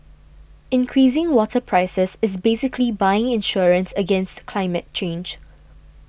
increasing water prices is basically buying insurance against climate change